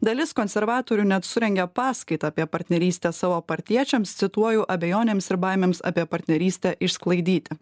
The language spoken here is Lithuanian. dalis konservatorių net surengė paskaitą apie partnerystę savo partiečiams cituoju abejonėms ir baimėms apie partnerystę išsklaidyti